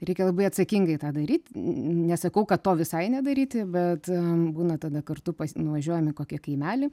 reikia labai atsakingai tą daryt nesakau kad to visai nedaryti bet būna tada kartu nuvažiuojam į kokį kaimelį